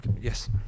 Yes